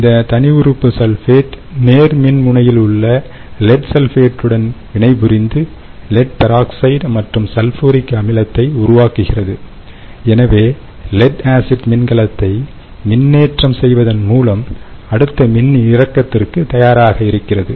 இந்த தனி உறுப்பு சல்பேட் நேர்மின்முனையில் உள்ள லெட் சல்பேட்டுடன் வினைபுரிந்து லெட்பெராக்சைடு மற்றும் சல்பூரிக் அமிலத்தை உருவாக்குகிறது எனவே லெட் ஆசிட் மின்கலத்தை மின்னேற்றம் செய்வதன் மூலம் அடுத்த மின்னிறக்கத்திற்கு தயாராகி இருக்கிறது